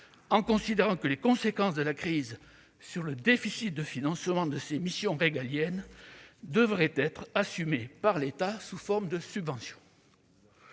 en considérant que les conséquences de la crise sur le déficit de financement de ces missions régaliennes devaient être assumées par l'État sous forme de subventions.